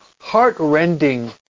heart-rending